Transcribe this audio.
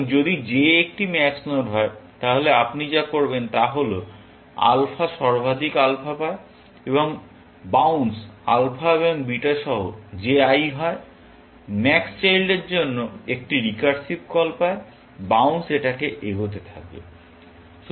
সুতরাং যদি j একটি ম্যাক্স নোড হয় তাহলে আপনি যা করবেন তা হল আলফা সর্বাধিক আলফা পায় এবং বাউন্স আলফা এবং বিটা সহ j i হয় ম্যাক্স চাইল্ডের জন্য একটি রিকার্সিভ কল পায় বাউন্স এটাকে এগোতে থাকে